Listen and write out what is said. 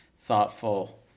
thoughtful